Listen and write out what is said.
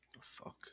Fuck